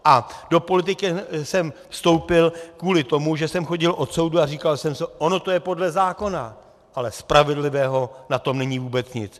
A do politiky jsem vstoupil kvůli tomu, že jsem chodil od soudu a říkal jsem, ono je to podle zákona, ale spravedlivého na tom není vůbec nic.